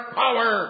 power